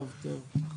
טוב טוב.